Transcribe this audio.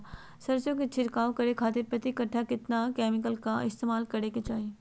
सरसों के छिड़काव करे खातिर प्रति कट्ठा कितना केमिकल का इस्तेमाल करे के चाही?